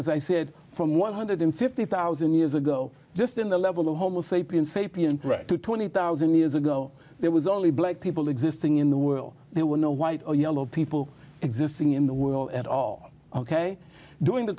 as i said from one hundred and fifty thousand years ago just in the level of homo sapiens sapiens to twenty thousand years ago there was only black people existing in the world there were no white or yellow people existing in the world at all ok during the